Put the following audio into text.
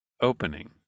opening